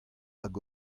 hag